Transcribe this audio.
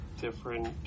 different